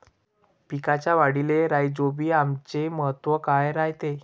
पिकाच्या वाढीले राईझोबीआमचे महत्व काय रायते?